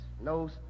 no